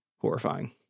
horrifying